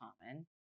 common